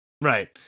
Right